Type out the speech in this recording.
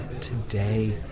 today